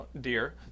dear